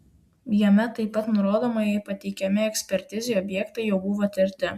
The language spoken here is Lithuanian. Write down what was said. jame taip pat nurodoma jei pateikiami ekspertizei objektai jau buvo tirti